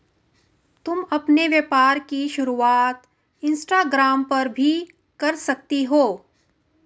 तुम अपने व्यापार की शुरुआत इंस्टाग्राम पर भी कर सकती हो